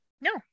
No